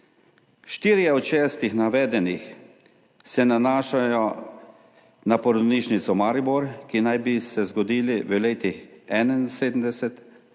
Štirje od šestih navedenih se nanašajo na porodnišnico v Mariboru, ki naj bi se zgodili v letih 1971,